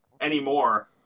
anymore